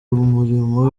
umurimo